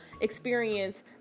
experience